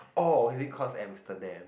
orh is it cause amsterdam